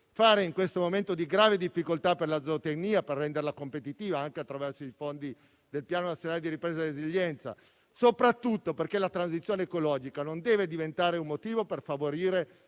fare, in questo momento di grave difficoltà, per rendere competitiva la zootecnia, anche attraverso i fondi del Piano nazionale di ripresa e resilienza, soprattutto perché la transizione ecologica deve diventare un motivo non per favorire